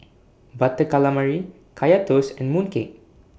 Butter Calamari Kaya Toast and Mooncake